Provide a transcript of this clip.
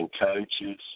coaches